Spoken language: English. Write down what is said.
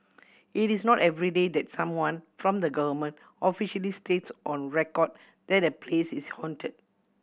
it is not everyday that someone from the government officially states on record that a place is haunted